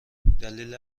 دلیل